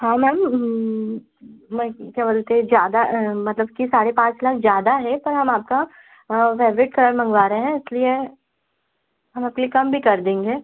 हाँ मैम मैं क्या बोलते ज़्यादा मतलब कि साढ़े पाँच लाख ज़्यादा है पर हम आपका फे़वरेट कलर मँगवा रहे हैं इसलिए हम अप्ली कम भी कर देंगे